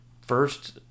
First